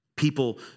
people